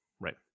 Right